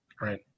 right